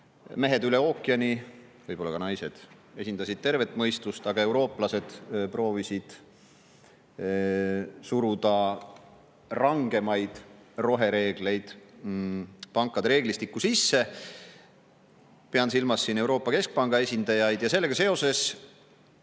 pool] ookeani, võib-olla ka naised, esindasid tervet mõistust, aga eurooplased proovisid suruda rangemaid rohereegleid pankade reeglistikku sisse. Pean silmas Euroopa Keskpanga esindajaid. Sellega seoses